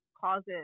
causes